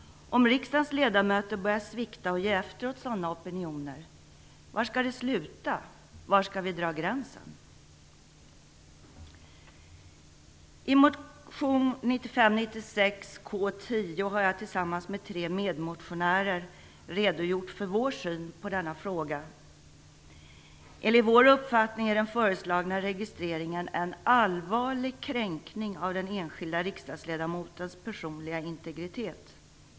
Om riksdagens ledamöter börjar svikta och ge efter åt sådana opinioner - var skall det sluta, var skall vi dra gränsen? I motion 1995/96:K10 har jag tillsammans med tre medmotionärer redogjort för vår syn på denna fråga. Enligt vår uppfattning är den föreslagna registreringen en allvarlig kränkning av den enskilde riksdagsledamotens personliga integritet.